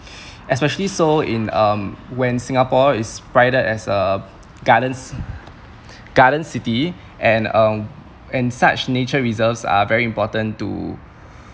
especially so in um when singapore is prided as a gardens garden city and um and such nature reserves are very important to